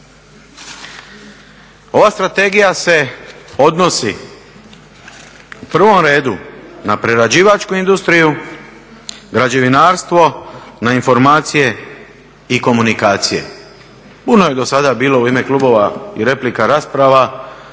Ova strategija se odnosi u prvom redu na prerađivačku industriju, građevinarstvo, na informacije i komunikacije. Puno je do sada bilo u ime klubova i replika i rasprave